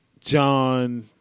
John